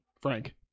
Frank